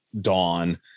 dawn